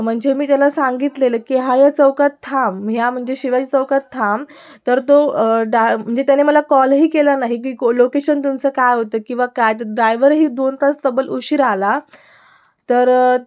म्हणजे मी त्याला सांगितलेलं की हा या चौकात थांब मी ह्या म्हणजे शिवाजी चौकात थांब तर तो डा म्हणजे त्याने मला कॉलही केला नाही की को लोकेशन तुमचं काय होतं किंवा काय तर डायव्हरही दोन तास तब्बल उशीरा आला तर